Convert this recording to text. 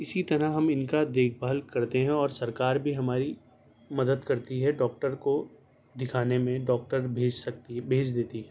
اسی طرح ہم ان کا دیکھ بھال کرتے ہیں اور سرکار بھی ہماری مدد کرتی ہے ڈاکٹر کو دکھانے میں ڈاکٹر بھیج سکتی ہے بھیج دیتی ہے